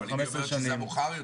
אבל היא אומרת שזה המאוחר יותר.